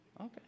Okay